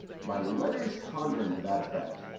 by letters conjuring to that effect,